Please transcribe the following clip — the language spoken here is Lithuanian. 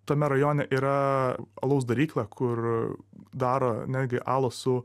tame rajone yra alaus darykla kur daro netgi alų su